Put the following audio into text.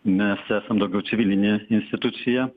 mes esam daugiau civilinė institucija